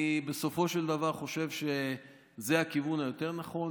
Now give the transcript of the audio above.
אני בסופו של דבר חושב שזה הכיוון היותר-נכון.